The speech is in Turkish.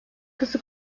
kızı